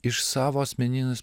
iš savo asmeninės